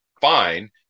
fine